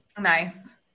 Nice